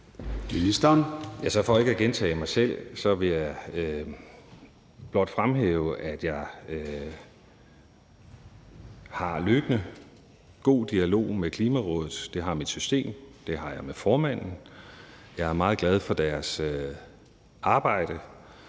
For ikke at gentage mig selv vil jeg blot fremhæve, at jeg har en løbende god dialog med Klimarådet; det har mit system; det har jeg med formanden. Jeg er meget glad for deres arbejde.